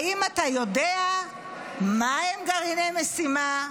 האם אתה יודע מהם גרעיני משימה?